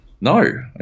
No